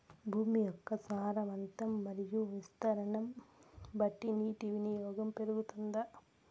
భూమి యొక్క సారవంతం మరియు విస్తీర్ణం బట్టి నీటి వినియోగం పెరుగుతుందా?